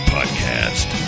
Podcast